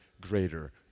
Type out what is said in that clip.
greater